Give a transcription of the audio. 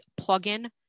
plugin